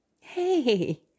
hey